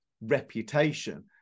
reputation